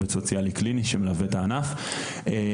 עובד סוציאלי קליני שמלווה את הענף והורים.